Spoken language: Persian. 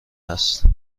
است